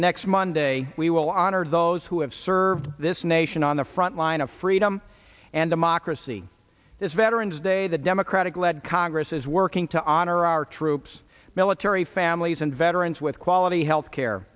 and next monday we will honor those who have served this nation on the frontline of freedom and democracy this veteran's day the democratic led congress is working to honor our troops military families and veterans with quality health care